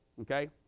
Okay